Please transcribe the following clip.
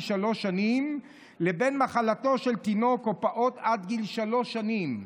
שלוש שנים לבין מחלתו של תינוק או פעוט עד גיל שלוש שנים.